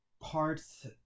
parts